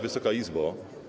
Wysoka Izbo!